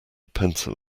pencil